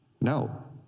No